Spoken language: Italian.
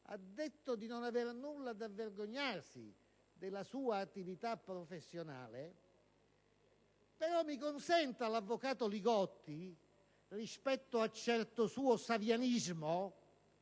ha detto di non aver nulla da vergognarsi della sua attività professionale. Però, mi consenta l'avvocato Li Gotti, rispetto a certo suo "savianismo"